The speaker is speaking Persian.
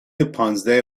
پانزده